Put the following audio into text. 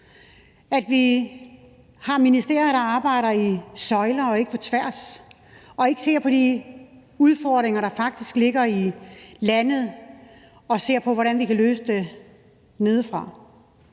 at vi har et ministerium, der arbejder i søjler og ikke på tværs og ikke ser på de udfordringer, der faktisk ligger i landet, og ser på, hvordan vi kan løse dem nedefra.